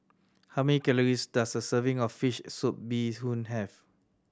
how many calories does a serving of fish soup bee hoon have